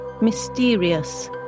mysterious